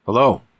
Hello